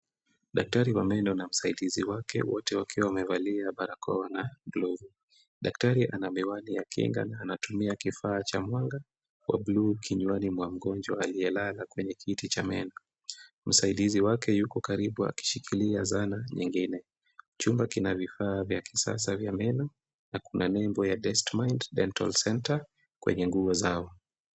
Daktari wa meno na msaidizi wake wote wakiwa wamevalia barakoa na glovu. Daktari ana miwani ya kinga na anatumia kifaa cha mwanga wa bluu kinywani mwa mgonjwa aliyelala kwenye kiti cha meno. Msaidizi wake yuko karibu akishikilia zana nyingine. Chumba kina vifaa vya kisasa vya meno na kuna nembo ya Dent Mind Dental Center kwenye nguo zao.